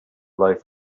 life